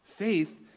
Faith